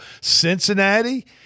Cincinnati